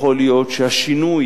יכול להיות שהשינוי